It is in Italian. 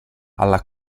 alla